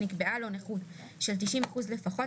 שנקבעה לו נכות של 90% לפחות,